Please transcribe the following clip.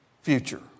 future